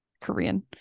korean